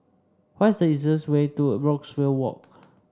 what is the easiest way to Brookvale Walk